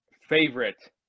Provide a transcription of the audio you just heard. favorite